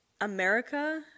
America